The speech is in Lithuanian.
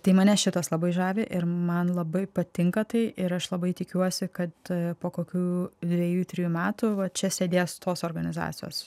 tai mane šitas labai žavi ir man labai patinka tai ir aš labai tikiuosi kad po kokių dvejų trejų metų va čia sėdės tos organizacijos